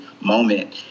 moment